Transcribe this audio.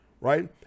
right